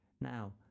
now